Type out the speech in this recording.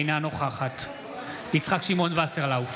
אינה נוכחת יצחק שמעון וסרלאוף,